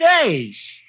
days